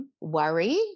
worry